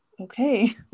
okay